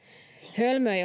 hölmö ei